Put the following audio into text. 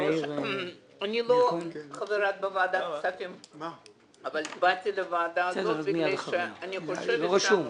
אני לא חברה בוועדת הכספים אבל באתי לוועדה כי אני חושבת שהנושא חשוב.